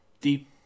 deep